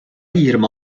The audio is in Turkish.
yirmi